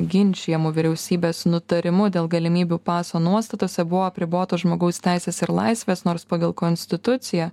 ginčijamu vyriausybės nutarimu dėl galimybių paso nuostatuose buvo apribotos žmogaus teisės ir laisvės nors pagal konstituciją